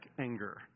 anger